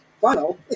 funnel